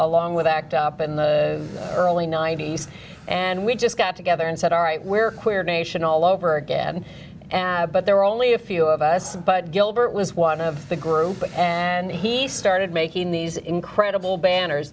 along with act up in the early ninety's and we just got together and said all right we're queer nation all over again and but there were only a few of us but gilbert was one of the group and he started making these incredible banners